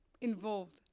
involved